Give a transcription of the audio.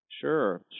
Sure